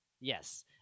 Yes